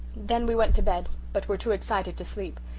then we went to bed, but were too excited to sleep.